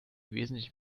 wesentlich